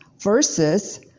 Versus